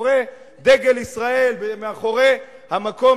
כשדגל ישראל מאחוריכם,